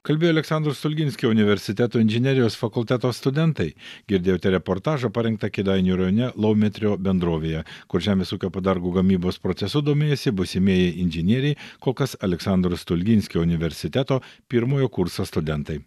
kalbėjo aleksandro stulginskio universiteto inžinerijos fakulteto studentai girdėjote reportažą parengtą kėdainių rajone laumetrio bendrovėje kur žemės ūkio padargų gamybos procesu domėjosi būsimieji inžinieriai kol kas aleksandro stulginskio universiteto pirmojo kurso studentai